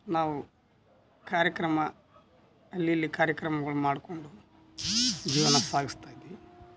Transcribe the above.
ನಾವು ಕಾರ್ಯಕ್ರಮ ಅಲ್ಲಿ ಇಲ್ಲಿ ಕಾರ್ಯಕ್ರಮಗಳು ಮಾಡ್ಕೊಂಡು ಜೀವನ ಸಾಗಿಸ್ತಾ ಇದ್ದೀವಿ